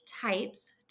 type's